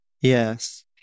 Yes